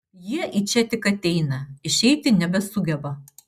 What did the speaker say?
jie į čia tik ateina išeiti nebesugeba